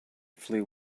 flew